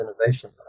innovation